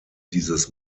dieses